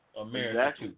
America